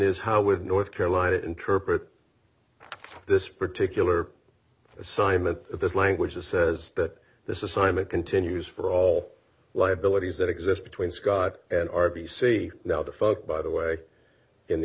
is how would north carolina interpret this particular assignment this language that says that this is signed it continues for all liabilities that exist between scott and r b c now to folks by the way in the